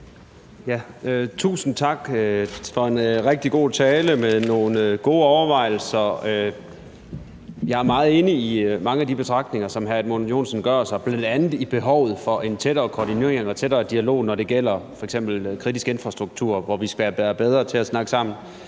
Tusind tak for en rigtig god tale med nogle gode overvejelser. Jeg er meget enig i mange af de betragtninger, som hr. Edmund Joensen gør sig, bl.a. i behovet for en tættere koordinering og en tættere dialog, når det gælder f.eks. kritisk infrastruktur, hvor vi skal være bedre til at snakke sammen